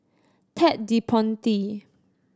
Ted De Ponti